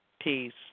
Peace